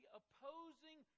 opposing